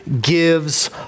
gives